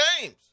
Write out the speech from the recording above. games